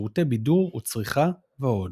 שירותי בידור וצריכה ועוד.